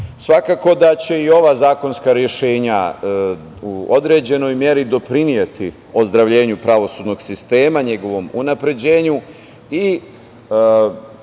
težimo. Svakako da će i ova zakonska rešenja u određenoj meri doprineti ozdravljenju pravosudnog sistema, njegovom unapređenju i